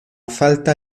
falta